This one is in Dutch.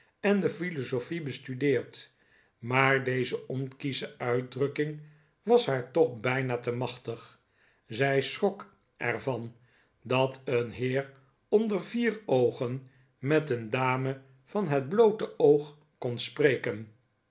en de philosophie bestudeerd maar deze onkiesche uitdrukking was haar toch bijna te machtig zij schrok er van dat een heer onder vier oogen met een dame van het bloote oog kon spreken